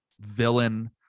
villain